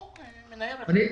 או מנהל רשות המסים,